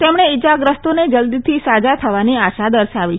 તેમણે ઈજાગ્રસ્તોને જલ્દીથી સાજા થવાની આશા દર્શાવી છે